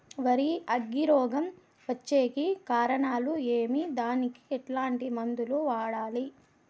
వరి అగ్గి రోగం వచ్చేకి కారణాలు ఏమి దానికి ఎట్లాంటి మందులు వాడాలి?